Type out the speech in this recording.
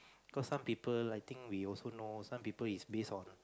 cause some people I think we also know some people is base on